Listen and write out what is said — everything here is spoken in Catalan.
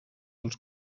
els